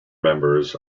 members